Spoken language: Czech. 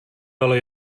ale